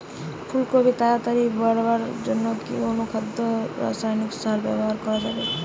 ফুল কপি তাড়াতাড়ি বড় করার জন্য কি অনুখাদ্য ও রাসায়নিক সার ব্যবহার করা যাবে?